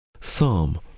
Psalm